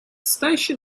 station